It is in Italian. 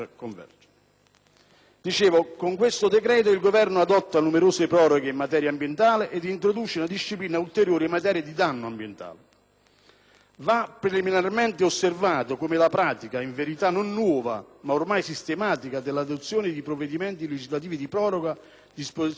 Con questo decreto il Governo adotta numerose proroghe in materia ambientale ed introduce una disciplina ulteriore in materia di danno ambientale. Va preliminarmente osservato come la pratica, in verità non nuova ma ormai sistematica, dell'adozione di provvedimenti legislativi di proroga di disposizioni vigenti